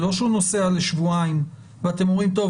זה לא שהוא נוסע לשבועיים ואתם אומרים טוב,